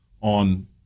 on